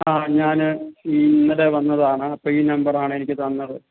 ആ ഞാന് ഈ ഇന്നലെ വന്നതാണ് അപ്പോള് ഈ നമ്പറാണ് എനിക്ക് തന്നത്